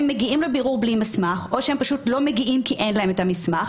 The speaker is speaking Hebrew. הם מגיעים לבירור בלי המסמך או שהם פשוט לא מגיעים כי אין להם את המסמך.